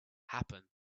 happen